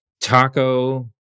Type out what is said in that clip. Taco